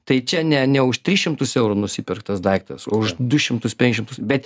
tai čia ne ne už tris šimtus eurų nusipirktas daiktas o už du šimtus penkiasdešimt tūks bet